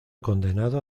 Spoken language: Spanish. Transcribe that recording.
condenado